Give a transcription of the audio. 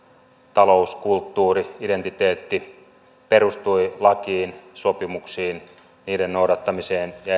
talous kulttuuri ja identiteetti perustuivat lakiin sopimuksiin niiden noudattamiseen ja